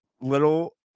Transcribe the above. little